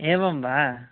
एवं वा